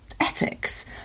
Ethics